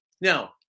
Now